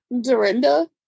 Dorinda